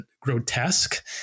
grotesque